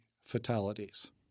fatalities